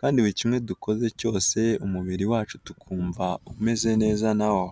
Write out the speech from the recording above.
kandi buri kimwe dukoze cyose umubiri wacu tukumva umeze neza nawo.